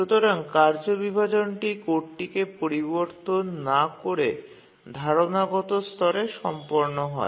সুতরাং কার্য বিভাজনটি কোডটিকে পরিবর্তন না করে ধারণাগত স্তরে সম্পন্ন হয়